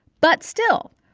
but still,